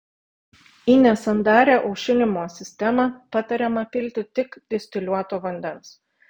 į nesandarią aušinimo sistemą patariama pilti tik distiliuoto vandens